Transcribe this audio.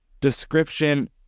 description